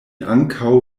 ankaŭ